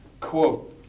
Quote